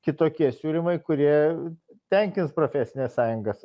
kitokie siūlymai kurie tenkins profesines sąjungas